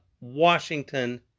Washington